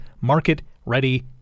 market-ready